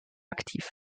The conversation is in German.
aktiv